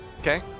Okay